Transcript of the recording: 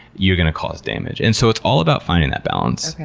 you're going to cause damage. and so it's all about finding that balance.